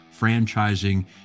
franchising